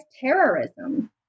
terrorism